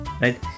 right